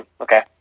Okay